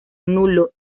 nulo